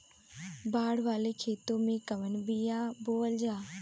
बाड़ वाले खेते मे कवन बिया बोआल जा?